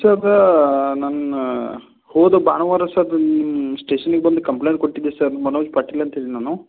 sir ನನ್ನ ಹೋದ ಭಾನುವಾರ ಸರ್ ನಿಮ್ಮ ಸ್ಟೇಷನಿಗೆ ಬಂದು ಕಂಪ್ಲೇಂಟ್ ಕೊಟ್ಟಿದ್ದೆ ಸರ್ ಮನೋಜ್ ಪಾಟೀಲ್ ಅಂತ್ಹೇಳಿ ನಾನು